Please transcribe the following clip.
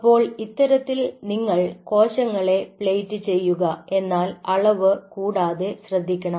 അപ്പോൾ ഇത്തരത്തിൽ നിങ്ങൾ കോശങ്ങളെ പ്ലേറ്റ് ചെയ്യുക എന്നാൽ അളവ് കൂടാതെ ശ്രദ്ധിക്കണം